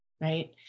Right